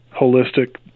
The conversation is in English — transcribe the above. holistic